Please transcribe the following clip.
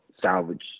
salvage